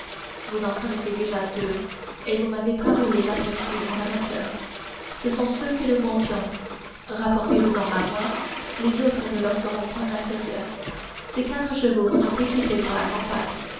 vous en connaissez déjà deux et vous m'avez paru les apprécier en amateur ce sont ceux que nous montions rapportez vous en à moi les autres ne leur sont point inférieurs ces quatre chevaux sont équipés pour la campagne